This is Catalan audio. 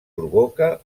provoca